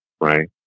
right